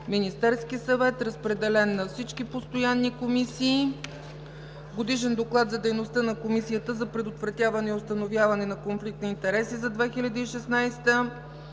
Министерският съвет. Разпределена е на всички постоянни комисии. Годишен доклад за дейността на Комисията за предотвратяване и установяване на конфликт на интереси за 2016 г.